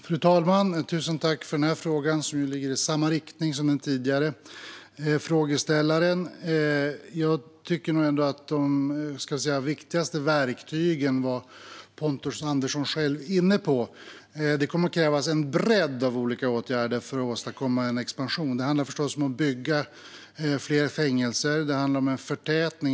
Fru talman! Jag tackar för den frågan, som ligger i samma riktning som den tidigare frågeställarens. Jag tycker nog att Pontus Andersson själv var inne på de viktigaste verktygen. Det kommer att krävas en bredd av olika åtgärder för att åstadkomma en expansion. Det handlar om att bygga fler fängelser, och det handlar om förtätning.